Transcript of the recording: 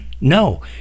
No